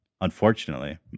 unfortunately